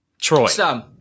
Troy